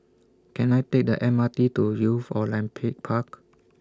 Can I Take The M R T to Youth Olympic Park